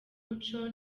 umuco